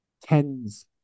tens